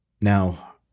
Now